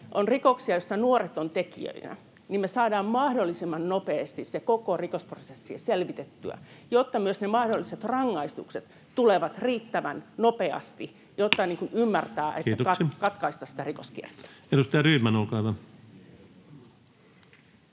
on rikoksia, joissa nuoret ovat tekijöinä, niin me saadaan mahdollisimman nopeasti se koko rikosprosessi selvitettyä, jotta myös ne mahdolliset rangaistukset tulevat riittävän nopeasti, jotta [Puhemies: Kiitoksia!] tekijä ymmärtää katkaista sitä rikoskierrettä.